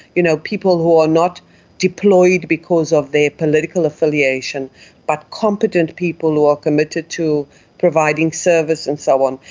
you know, people who are not deployed because of their political affiliation but competent people who are committed to providing service and so on.